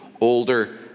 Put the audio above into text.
older